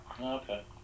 Okay